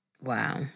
Wow